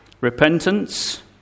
Repentance